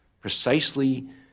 precisely